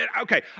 okay